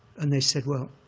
and they said, well,